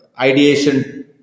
ideation